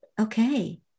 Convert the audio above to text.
Okay